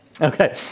Okay